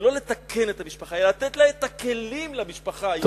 זה לא לתקן את המשפחה אלא לתת את הכלים למשפחה.